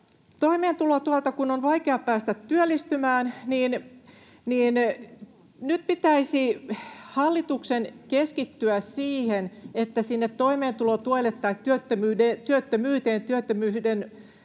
toimeentulotuelta on vaikea päästä työllistymään, niin nyt pitäisi hallituksen keskittyä siihen, että sinne toimeentulotuelle tai työttömyysturvalle